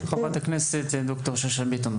חברת הכנסת ד"ר יפעת שאשא ביטון.